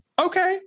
Okay